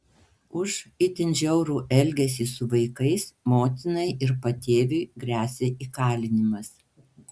už itin žiaurų elgesį su vaikais motinai ir patėviui gresia įkalinimas